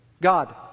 God